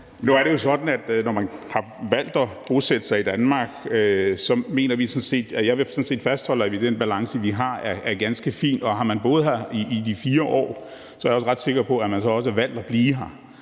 Nu er det jo sådan, at jeg, når man har valgt at bosætte sig i Danmark, så sådan set vil fastholde, at det med den balance, vi har, er ganske fint, og har man boet her i de 4 år, så er jeg også ret sikker på, at man så også har valgt at blive her.